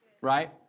Right